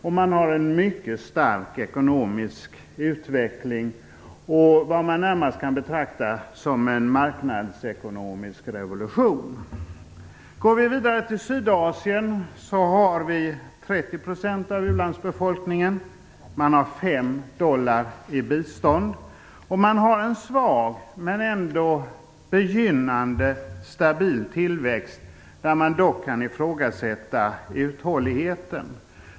Det sker en mycket stark ekonomisk utveckling och något som närmast kan betraktas som en marknadsekonomisk revolution. Går vi vidare till Sydasien finner vi där 30 % av ulandsbefolkningen. De får 5 dollar per invånare i bistånd. Där sker en svag men ändå begynnande stabil tillväxt, där vi dock kan ifrågasätta uthålligheten.